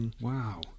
Wow